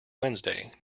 wednesday